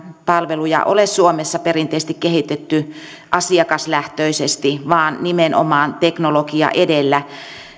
palveluja ole suomessa perinteisesti kehitetty asiakaslähtöisesti vaan nimenomaan teknologia edellä